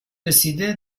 رسیده